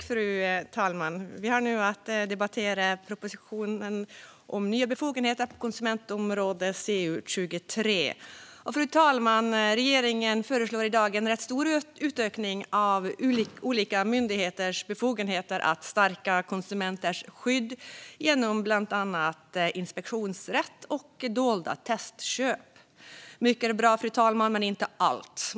Fru talman! Vi har nu att debattera betänkandet CU23, som avser propositionen Nya befogenheter på konsumentskyddsområdet . Fru talman! Regeringen föreslår i dag en rätt stor utökning av olika myndigheters befogenheter att stärka konsumenters skydd genom bland annat inspektionsrätt och dolda testköp. Mycket är bra, men inte allt.